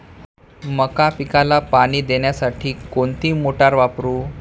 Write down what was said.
मका पिकाला पाणी देण्यासाठी कोणती मोटार वापरू?